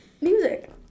Music